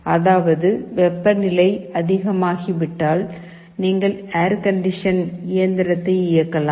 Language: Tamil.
அதாவது வெப்பநிலை அதிகமாகிவிட்டால் நீங்கள் ஏர் கண்டிஷனிங் இயந்திரத்தை இயக்கலாம்